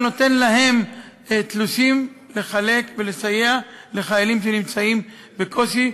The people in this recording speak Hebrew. נותן להם תלושים לחלק ולסייע לחיילים שנמצאים בקושי.